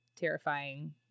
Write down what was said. terrifying